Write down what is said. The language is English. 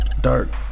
dark